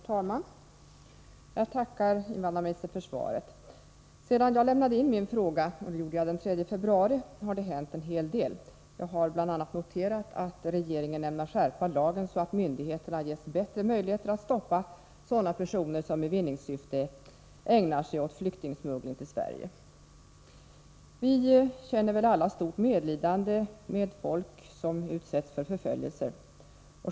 Herr talman! Jag tackar invandrarministern för svaret. Sedan jag lämnade in min fråga — det gjorde jag den 3 februari — har det hänt en hel del. Jag har bl.a. noterat att regeringen ämnar skärpa lagen, så att myndigheterna får bättre möjligheter att stoppa sådana personer som i vinningssyfte ägnar sig åt smuggling av flyktingar till Sverige. Alla känner vi väl stort medlidande med folk som utsätts för förföljelse.